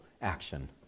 action